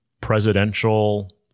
presidential